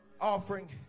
offering